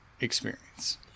experience